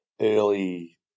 early